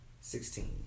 sixteen